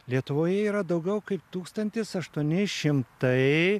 lietuvoje yra daugiau kaip tūkstantis aštuoni šimtai